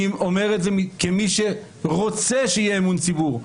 אני אומר את זה כמי שרוצה שיהיה אמון ציבור,